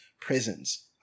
prisons